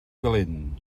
calent